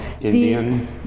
Indian